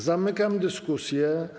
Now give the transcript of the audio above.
Zamykam dyskusję.